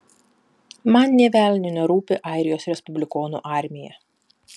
man nė velnio nerūpi airijos respublikonų armija